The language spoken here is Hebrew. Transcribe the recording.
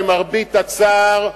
למרבה הצער,